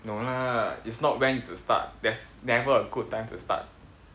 no lah it's not when to start there's never a good time to start